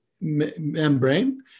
membrane